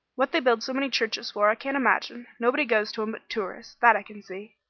what they build so many churches for i can't imagine. nobody goes to em but tourists, that i can see.